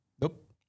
Nope